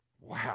Wow